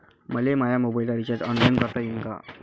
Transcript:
मले माया मोबाईलचा रिचार्ज ऑनलाईन करता येईन का?